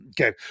Okay